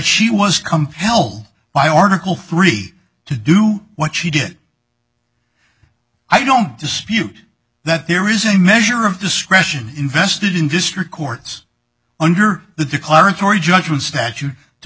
she was compelled by article three to do what she did i don't dispute that there is a measure of discretion invested in district courts under the declaratory judgment statute to